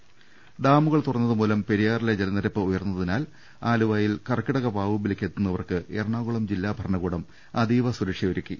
ദർവ്വെട്ടറ ഡാമുകൾ തുറന്നതുമൂലം പെരിയാറിലെ ജലനിരപ്പ് ഉയർന്നതിനാൽ ആലുവായിൽ കർക്കിടക വാവുബലിക്ക് എത്തുന്നവർക്ക് എറണാകുളം ജില്ലാ ഭരണകൂടം അതീവ സുരക്ഷയൊരുക്കി